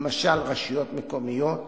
למשל רשויות מקומיות,